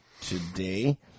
today